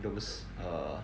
those err